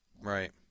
Right